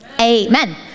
amen